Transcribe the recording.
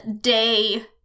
day